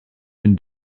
been